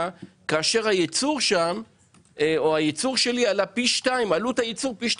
כאשר עלות הייצור שלי הייתה פי שניים מהייבוא.